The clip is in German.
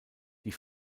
die